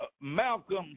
Malcolm